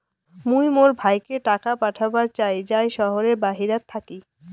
মুই মোর ভাইকে টাকা পাঠাবার চাই য়ায় শহরের বাহেরাত থাকি